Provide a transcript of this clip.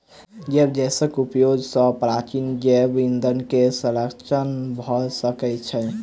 जैव गैसक उपयोग सॅ प्राचीन जैव ईंधन के संरक्षण भ सकै छै